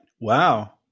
wow